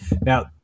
Now